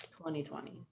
2020